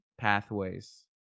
pathways